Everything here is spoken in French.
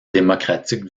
démocratique